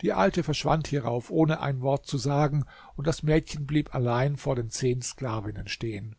die alte verschwand hierauf ohne ein wort zu sagen und das mädchen blieb allein vor den zehn sklavinnen stehen